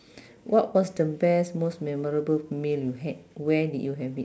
what was the best most memorable meal you had where did you have it